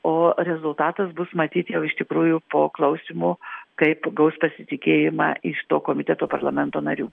o rezultatas bus matyt jau iš tikrųjų po klausymų kaip gaus pasitikėjimą iš to komiteto parlamento narių